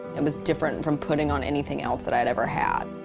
it was different from putting on anything else that i'd ever had.